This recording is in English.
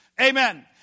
Amen